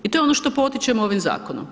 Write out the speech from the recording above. I to je ono što potičemo ovim Zakonom.